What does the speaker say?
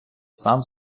сам